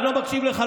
אני לא מקשיב לך,